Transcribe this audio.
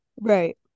Right